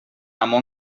amo